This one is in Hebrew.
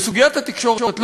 בסוגיית התקשורת,